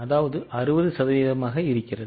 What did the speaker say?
அதாவது 60 சதவீதமாக இருக்கிறது